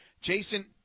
Jason